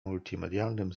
multimedialnym